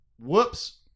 whoops